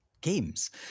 Games